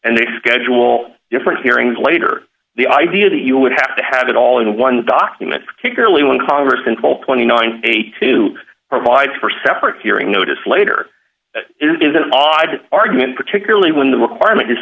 and they schedule different hearings later the idea that you would have to have it all in one document particularly when congress until twenty nine to provide for separate hearing notice later is an odd argument particularly when the requirement is